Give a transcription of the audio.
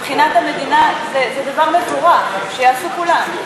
מבחינת המדינה זה דבר מבורך, שיעשו כולם.